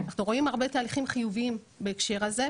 אנחנו רואים הרבה תהליכים חיוביים בהקשר הזה.